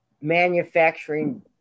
manufacturing